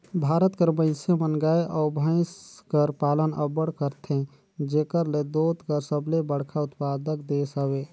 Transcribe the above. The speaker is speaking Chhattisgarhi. भारत कर मइनसे मन गाय अउ भंइस कर पालन अब्बड़ करथे जेकर ले दूद कर सबले बड़खा उत्पादक देस हवे